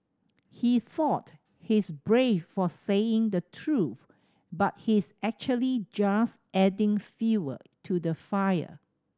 he thought he's brave for saying the truth but his actually just adding fuel to the fire